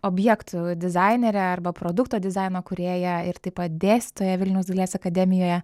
objektų dizainere arba produkto dizaino kūrėja ir taip pat dėstytoja vilniaus dailės akademijoje